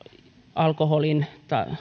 alkoholin